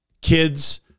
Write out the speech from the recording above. kids